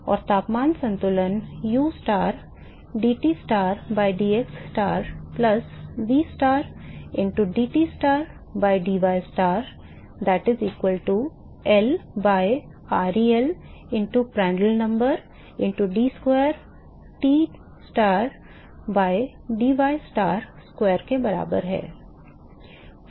और तापमान संतुलन u star dT star by dx star plus v star into dTstar by dystar that is equal to L by Rel into prandtl number into d square T star by d y star square के बराबर है